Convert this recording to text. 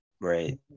right